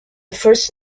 first